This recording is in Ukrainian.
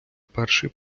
перший